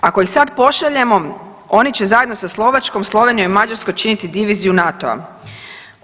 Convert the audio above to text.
Ako ih sad pošaljemo oni će zajedno sa Slovačkom, Slovenijom i Mađarskom činiti diviziju NATO-a.